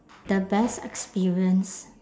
the best experience